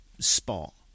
spot